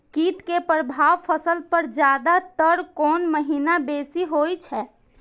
कीट के प्रभाव फसल पर ज्यादा तर कोन महीना बेसी होई छै?